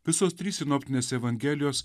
visos trys sinoptinės evangelijos